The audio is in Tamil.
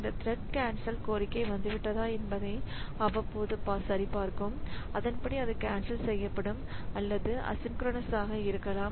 இந்த த்ரெட் கேன்சல் கோரிக்கை வந்துவிட்டதா என்பதை அவ்வப்போது சரிபார்க்கும் அதன்படி அது கேன்சல் செய்யப்படும் அல்லது அசின்கொரோனஸ் ஆக இருக்கலாம்